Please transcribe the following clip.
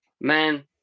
man